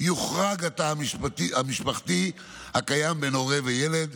יוחרג התא המשפחתי הקיים של הורה וילד